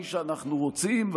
מי שאנחנו רוצים,